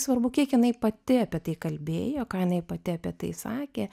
svarbu kiek jinai pati apie tai kalbėjo ką jinai pati apie tai sakė